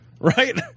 right